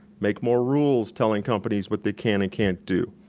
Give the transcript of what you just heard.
make more rules telling companies what they can and can't do.